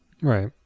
right